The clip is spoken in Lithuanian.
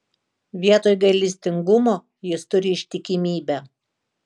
vietoj gailestingumo jis turi ištikimybę